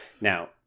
Now